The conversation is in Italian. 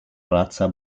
razza